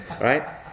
right